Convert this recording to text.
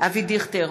אבי דיכטר,